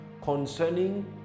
concerning